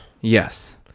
Yes